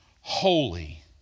holy